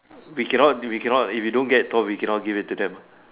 we can not we can not if you don't get it all we can not give it to them